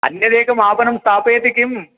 अन्यदेकम् आपणं स्थापयति किं